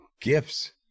gifts